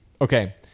Okay